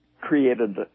created